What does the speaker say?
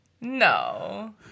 no